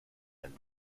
ein